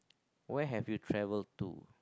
where have you travel to